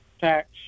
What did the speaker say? tax